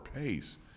pace